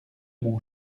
mon